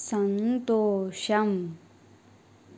సంతోషం